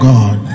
God